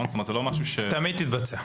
תמיד תתבצע.